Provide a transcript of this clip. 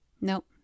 Nope